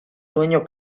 sueño